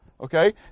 Okay